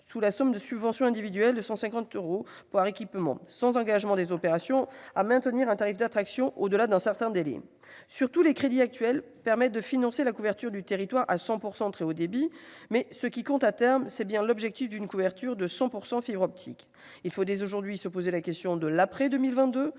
sous forme de subventions individuelles de 150 euros par équipement, sans engagement des opérateurs à maintenir un tarif attractif au-delà d'un certain délai. Surtout, si les crédits actuels permettent de financer la couverture du territoire à 100 % en très haut débit, ce qui compte, à terme, c'est bien l'objectif d'une couverture à 100 % en fibre optique. Il faut dès aujourd'hui se poser la question de l'après-2022.